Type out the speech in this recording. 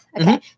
Okay